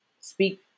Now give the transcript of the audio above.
speak